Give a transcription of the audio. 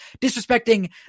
disrespecting